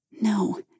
No